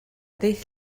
ddydd